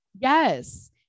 Yes